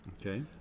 okay